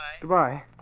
Goodbye